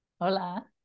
hola